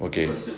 okay